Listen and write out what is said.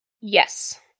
Yes